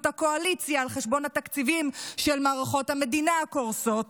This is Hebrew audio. הקואליציה על חשבון התקציבים של מערכות המדינה הקורסות.